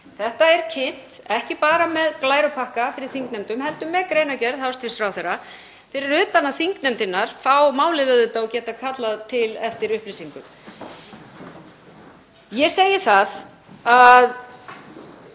þetta er kynnt, ekki bara með glærupakka fyrir þingnefndum heldur með greinargerð hæstv. ráðherra, fyrir utan að þingnefndirnar fá málið auðvitað og getað kallað eftir upplýsingum. Ég held að